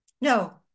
no